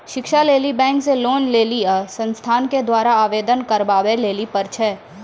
शिक्षा लेली बैंक से लोन लेली उ संस्थान के द्वारा आवेदन करबाबै लेली पर छै?